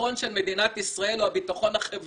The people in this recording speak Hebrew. הביטחון של מדינת ישראל הוא הביטחון החברתי